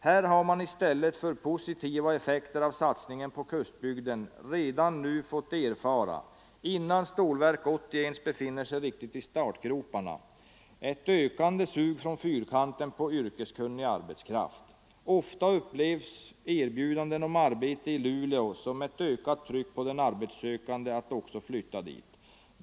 Här har man i stället för positiva effekter av satsningen på kustbygden redan nu fått erfara, innan Stålverk 80 ens befinner sig riktigt i startgroparna, ett ökande sug från Fyrkanten på yrkeskunnig arbetskraft. Ofta upplevs erbjudanden om arbete i Luleå som ett ökat tryck på den arbetssökande att också flytta dit.